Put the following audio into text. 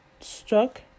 struck